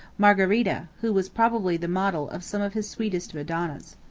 margherita, who was probably the model of some of his sweetest madonnas.